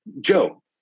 joe